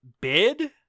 bid